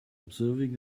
observing